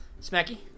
Smacky